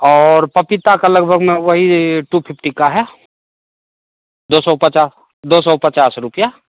और पपीता का लगभग में वही टू फिफ्टी का है दो सौ पचास दो सौ पचास रुपये